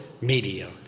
media